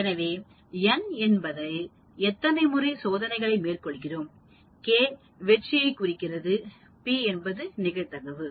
எனவே n என்பது எத்தனை முறை சோதனைகளைத் மேற்கொள்கிறோம் k வெற்றியை குறிக்கிறது p என்பது நிகழ்தகவு